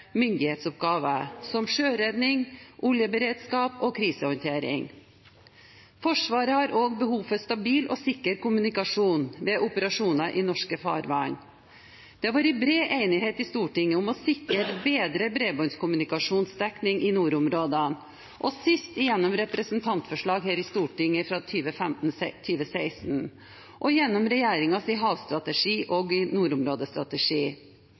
myndighetsoppgaver, som sjøredning, oljeberedskap og krisehåndtering. Forsvaret har også behov for stabil og sikker kommunikasjon ved operasjoner i norske farvann. Det har vært bred enighet i Stortinget om å sikre bedre bredbåndskommunikasjonsdekning i nordområdene, sist gjennom representantforslag her i Stortinget fra 2015/2016, og gjennom regjeringens havstrategi og nordområdestrategi. Gjennom vedtaket som ble fattet i